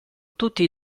tutti